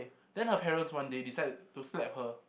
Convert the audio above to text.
then her parents one day decide to slap her